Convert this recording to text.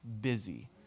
busy